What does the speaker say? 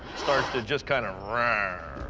starts to just kind of, rurr!